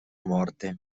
morte